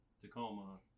Tacoma